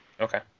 Okay